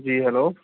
جی hello